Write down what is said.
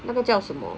那个叫什么